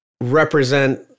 represent